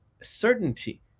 certainty